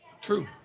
True